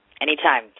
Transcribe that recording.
anytime